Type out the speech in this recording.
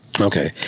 Okay